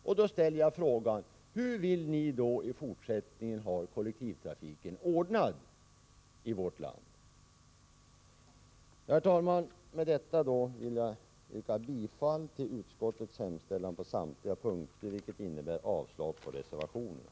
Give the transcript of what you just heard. Därför ställer jag frågan: Hur vill ni i fortsättningen ha kollektivtrafiken ordnad i vårt land? Herr talman! Med detta vill jag yrka bifall till utskottets hemställan på samtliga punkter, vilket innebär avslag på reservationerna,